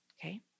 Okay